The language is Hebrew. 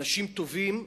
אנשים טובים,